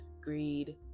greed